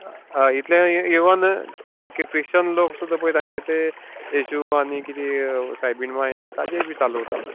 हय इतले इवन हय क्रिश्चन लोक सुद्दां पळय तांगे ते येशू आनी कितें सायबीन मांय तांजेय बी चालू उरतात